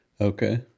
Okay